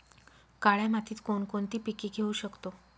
काळ्या मातीत कोणकोणती पिके घेऊ शकतो?